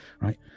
right